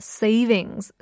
savings